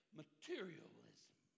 materialism